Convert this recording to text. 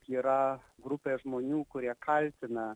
yra grupė žmonių kurie kaltina